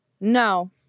No